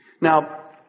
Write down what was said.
Now